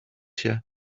się